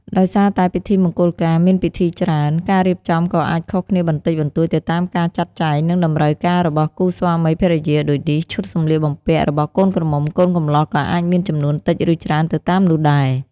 ដោយសារតែពិធីមង្គលការមានពិធីច្រើន ការរៀបចំក៏អាចខុសគ្នាបន្តិចបន្តួចទៅតាមការចាត់ចែង និងតម្រូវការរបស់គូស្វាមីភរិយា ដូចនេះ ឈុតសម្លៀកបំពាក់របស់កូនក្រមុំកូនកម្លោះក៏អាចមានចំនួនតិចឬច្រើនទៅតាមនោះដែរ។